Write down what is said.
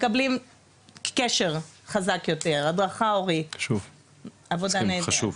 מקבלים קשר חזק יותר, הדרכה הורית, עבודה נהדרת.